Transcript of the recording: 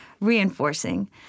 reinforcing